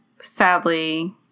sadly